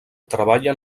treballa